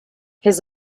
his